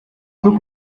peux